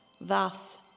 Thus